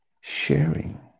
sharing